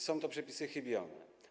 Są to przepisy chybione.